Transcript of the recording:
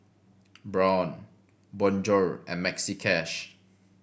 Braun Bonjour and Maxi Cash